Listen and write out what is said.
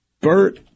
Bert